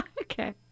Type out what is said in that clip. Okay